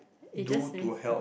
they just sauy